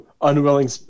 Unwilling